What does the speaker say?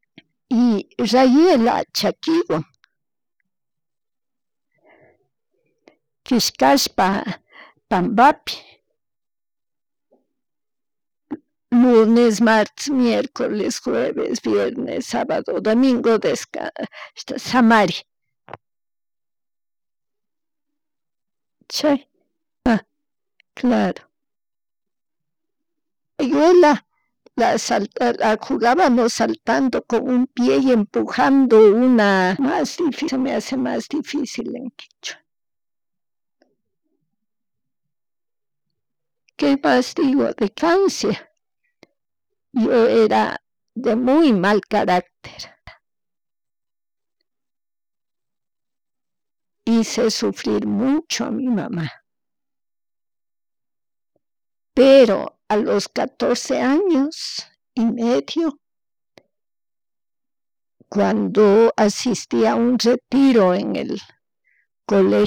Y raruela chakiwan, chisllapa pambapi lunes, martres, miercoles, jueves, vienes, sabado, domingo shamari. Chypak, claro, rayuela jugábamos saltando con un pie y empujando una mas difícil me hace en kichwa, que castigo de era de muy mal carácter, hice sufrir mucho a mi mama, pero a lo catorce años y medio cuando asistía a un retiro a cuando asistía a un retiro en el colegio